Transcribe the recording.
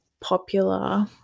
popular